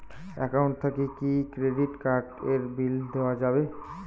Account থাকি কি credit card এর বিল দেওয়া যাবে?